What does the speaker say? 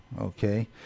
Okay